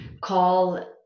call